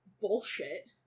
bullshit